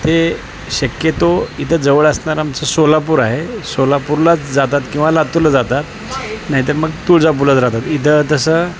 ते शक्यतो इथं जवळ असणारं आमचं सोलापूर आहे सोलापूरलाच जातात किंवा लातूरला जातात नाही तर मग तुळजापूरलाच राहतात इथं तसं